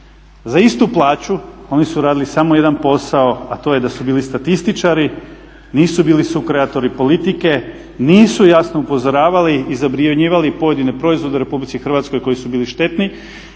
Za istu plaću oni su radili samo jedan posao, a to je da su bili statističari, nisu bili sukreatori politike, nisu jasno upozoravali i zabranjivali pojedine proizvode u Republici Hrvatskoj koji su bili štetni.